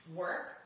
work